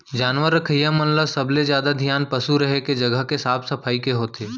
जानवर रखइया मन ल सबले जादा धियान पसु रहें के जघा के साफ सफई के होथे